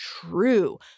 true